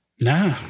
Nah